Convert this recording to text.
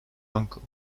uncle